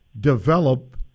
develop